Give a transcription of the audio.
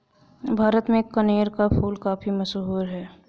भारत में कनेर का फूल काफी मशहूर है